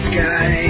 Sky